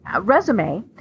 resume